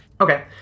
Okay